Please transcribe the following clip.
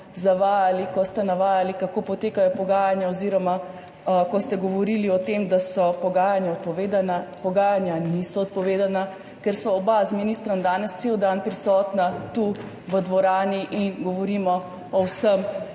zavajali, ko ste navajali, kako potekajo pogajanja, oziroma ko ste govorili o tem, da so pogajanja odpovedana. Pogajanja niso odpovedana. Ker sva oba z ministrom danes cel dan prisotna tu v dvorani in govorimo o vsem,